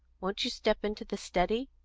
won't you step into the study?